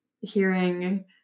hearing